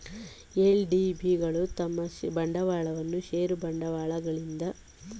LDB ಗಳು ತಮ್ಮ ಬಂಡವಾಳವನ್ನು ಷೇರು ಬಂಡವಾಳಗಳಿಂದ ಸಂಗ್ರಹಿಸುತ್ತದೆ